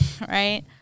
right